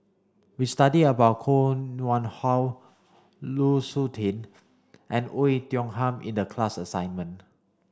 we studied about Koh Nguang How Lu Suitin and Oei Tiong Ham in the class assignment